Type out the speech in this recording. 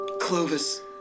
Clovis